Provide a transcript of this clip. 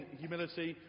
humility